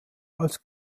als